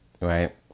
Right